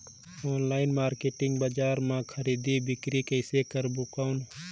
Online market बजार मां खरीदी बीकरी करे सकबो कौन?